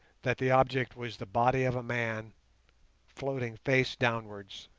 that the object was the body of a man floating face downwards.